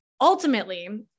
ultimately